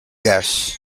guests